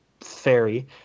fairy